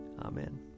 Amen